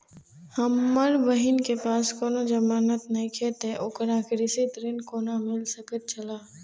हमर बहिन के पास कोनो जमानत नेखे ते ओकरा कृषि ऋण कोना मिल सकेत छला?